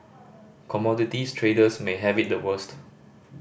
commodities traders may have it the worst